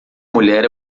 mulher